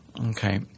Okay